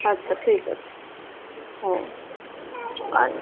ଆଚ୍ଛା ଠିକ୍ ଅଛି ହଉ ଆଚ୍ଛା